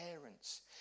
parents